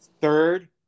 third